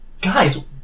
Guys